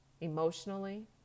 emotionally